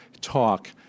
talk